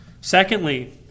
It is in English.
Secondly